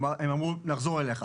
הם אמרו "נחזור אלייך".